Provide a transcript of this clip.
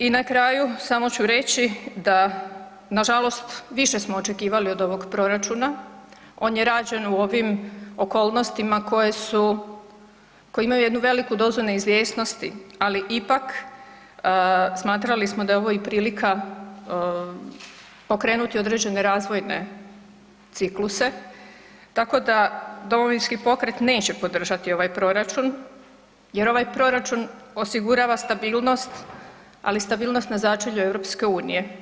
I na kraju samo ću reći da nažalost više smo očekivali od ovog proračuna, on je rađen u ovim okolnostima koje imaju jednu veliku dozu neizvjesnosti, ali ipak smatrali smo da je ovo i prilika pokrenuti određene razvojne cikluse, tako da Domovinski pokret neće podržati ovaj proračun jer ovaj proračun osigurava stabilnost, ali stabilnost na začelju EU.